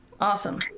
awesome